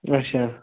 اچھا